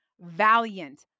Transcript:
valiant